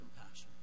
compassion